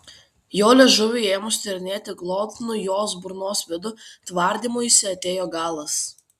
jo liežuviui ėmus tyrinėti glotnų jos burnos vidų tvardymuisi atėjo galas